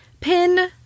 Pin